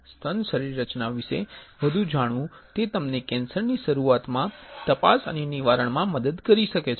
સ્તન શરીરરચના વિશે વધુ જાણવું તે તમને કેન્સરની શરૂઆતમાં તપાસ અને નિવારણમાં મદદ કરી શકે છે